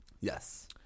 Yes